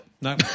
no